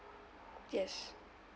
yes